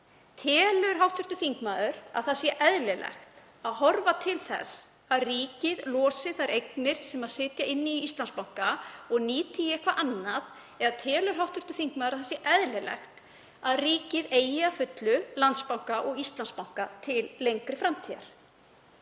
Telur hv. þingmaður að það sé eðlilegt að horfa til þess að ríkið losi um þær eignir sem sitja inni í Íslandsbanka og nýti í eitthvað annað? Eða telur hv. þingmaður eðlilegt að ríkið eigi að fullu Landsbanka og Íslandsbanka til lengri framtíðar?